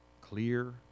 clear